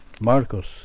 Marcos